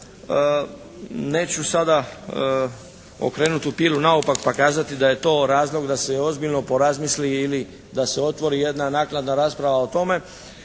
Neću sada okrenuti tu pilu naopako pa kazati da je to razlog da se ozbiljno porazmisli ili da se otvori jedna naknadna rasprava o tome.